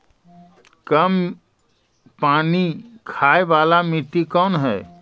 कम पानी खाय वाला मिट्टी कौन हइ?